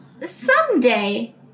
Someday